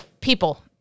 people